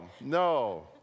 no